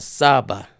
saba